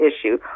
issue